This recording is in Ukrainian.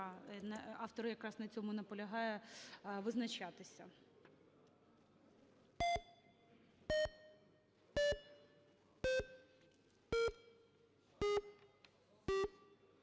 автор якраз на цьому і наполягає, визначатися.